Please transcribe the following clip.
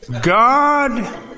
God